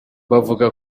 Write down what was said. bavuga